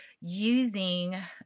using